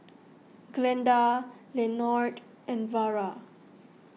Glenda Lenord and Vara